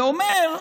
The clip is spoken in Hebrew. ואומר: